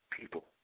People